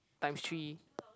times three